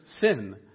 sin